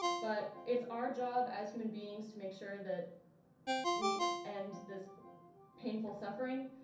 but it's our job as human beings to make sure that we end this painful suffering.